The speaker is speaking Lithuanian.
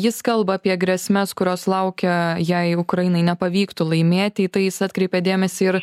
jis kalba apie grėsmes kurios laukia jei ukrainai nepavyktų laimėti į tai jis atkreipė dėmesį ir